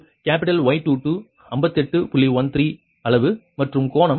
13 அளவு மற்றும் கோணம் மைனஸ் 63